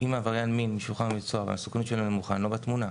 אם עבריין מין משוחרר והמסוכנות שלו נמוכה אנחנו לא בתמונה.